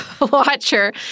watcher